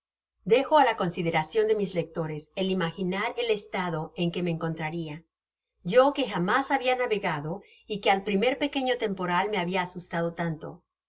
dejo á la consideracion de mis lectores el imaginar el estado en que me encontraria yo que jamás habia navegado y que al primer pequeño temporal me habia asusta do tanto en